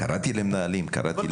קראתי למנהלים, קראתי למורים.